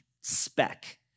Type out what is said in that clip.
SPEC